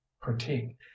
critique